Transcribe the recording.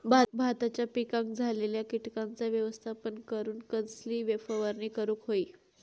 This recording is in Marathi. भाताच्या पिकांक झालेल्या किटकांचा व्यवस्थापन करूक कसली फवारणी करूक होई?